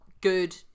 good